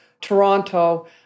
Toronto